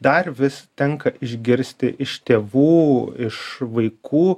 dar vis tenka išgirsti iš tėvų iš vaikų